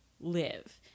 live